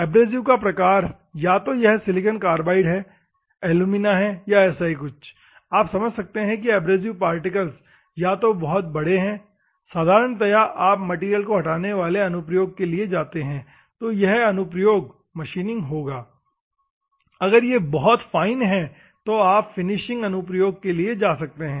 abrasive का प्रकार या तो यह सिलिकॉन कार्बाइड है एलुमिना है या ऐसा ही कुछ आप समझ सकते हैं एब्रेसिव पार्टिकल या तो यह बड़े हैं साधारणतया आप मैटेरियल को हटाने वाले अनुप्रयोग के लिए जाते है तो यह अनुप्रयोग मशीनिंग होगा अगर यह बहुत फाइन है तो आप फिनिशिंग अनुप्रयोग के लिए जा सकते हैं